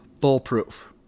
foolproof